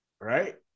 Right